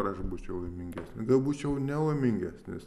ar aš būčiau laimingesnis gal būčiau nelaimingesnis